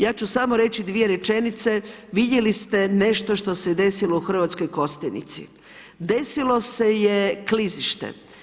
Ja ću samo reći 2 rečenice, vidjeli ste nešto što se desilo u Hrvatskoj Kostajnici, desilo je se je klizište.